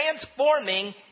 transforming